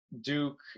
duke